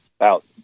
out